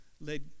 led